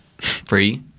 free